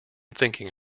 thinking